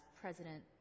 President